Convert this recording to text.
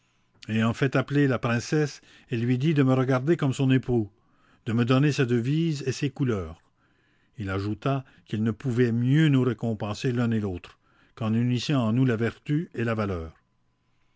ayant fait appeller la princesse il lui dit de me regarder comme son époux de me donner sa devise et ses couleurs il ajouta qu'il ne pouvait mieux nous récompenser l'un et l'autre qu'en unissant en nous la vertu et la valeur